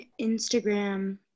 Instagram